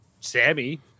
Sammy